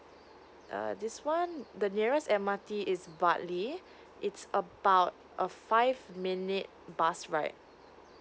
uh this one the nearest M_R_T is at bradley it's about a five minute bus ride